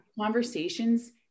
conversations